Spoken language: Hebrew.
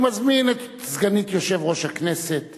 אני מזמין את סגנית יושב-ראש הכנסת